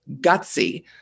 gutsy